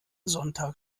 sonntag